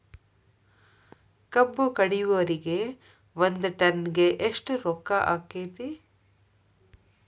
ಕಬ್ಬು ಕಡಿಯುವರಿಗೆ ಒಂದ್ ಟನ್ ಗೆ ಎಷ್ಟ್ ರೊಕ್ಕ ಆಕ್ಕೆತಿ?